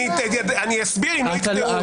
אני אסביר אם לא תקטעו אותי.